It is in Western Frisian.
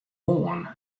oan